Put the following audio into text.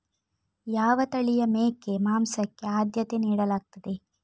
ಯಾವ ತಳಿಯ ಮೇಕೆ ಮಾಂಸಕ್ಕೆ ಆದ್ಯತೆ ನೀಡಲಾಗ್ತದೆ?